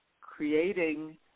creating